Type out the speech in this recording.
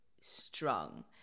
strong